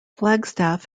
flagstaff